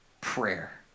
prayer